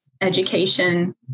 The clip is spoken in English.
education